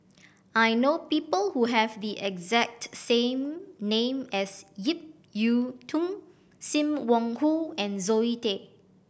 I know people who have the exact same name as Ip Yiu Tung Sim Wong Hoo and Zoe Tay